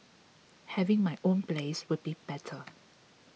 having my own place would be better